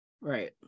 Right